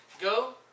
go